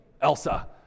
Elsa